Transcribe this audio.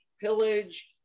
pillage